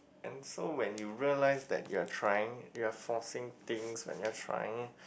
then so when you realise that you're trying you're forcing things when you're trying